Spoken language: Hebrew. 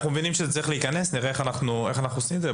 אנחנו מבינים שזה צריך להיכנס ונראה איך אנחנו עושים את זה.